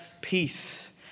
peace